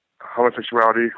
homosexuality